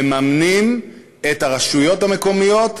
מממנים את הרשויות המקומיות,